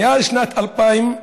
מאז שנת 2000,